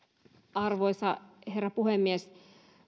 arvoisa herra puhemies